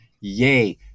Yay